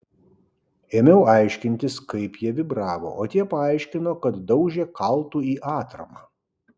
ėmiau aiškintis kaip jie vibravo o tie paaiškino kad daužė kaltu į atramą